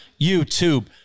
YouTube